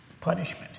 punishment